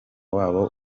wabo